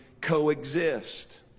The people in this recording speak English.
coexist